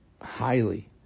highly